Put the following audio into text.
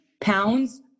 pounds